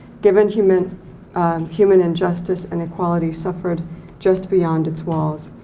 given human human injustice and equality suffered just beyond its walls.